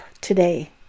today